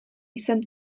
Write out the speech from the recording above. jsem